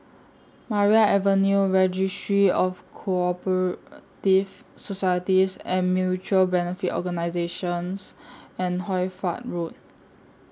Maria Avenue Registry of Co Operative Societies and Mutual Benefit Organisations and Hoy Fatt Road